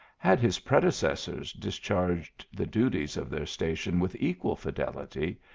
had his predecessors discharged the duties of their station with equal fidelity,